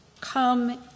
come